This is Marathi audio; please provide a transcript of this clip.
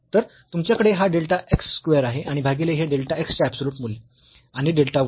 तर तुमच्याकडे हा डेल्टा x स्क्वेअर आहे आणि भागीले हे डेल्टा x चे अबसोल्युट मूल्य आणि डेल्टा x